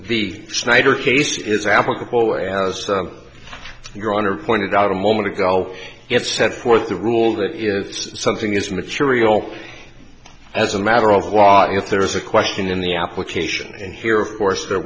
the snyder case is applicable and as your honor pointed out a moment ago it set forth the rule that if something is material as a matter of watching if there is a question in the application and here of course there